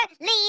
leave